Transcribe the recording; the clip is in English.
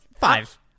five